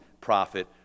prophet